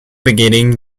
beginning